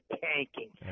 tanking